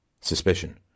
suspicion